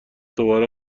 دوباره